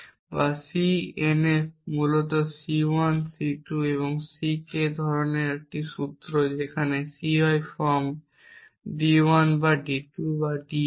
বা C nf মূলত C 1 এবং C 2 এবং C k ধরনের একটি সূত্র যেখানে CI ফর্ম d 1 বা d 2 বা d r